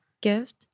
Gift